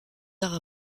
arts